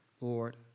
Lord